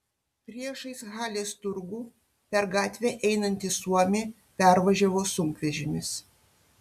priešais halės turgų per gatvę einantį suomį pervažiavo sunkvežimis